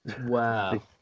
Wow